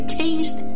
changed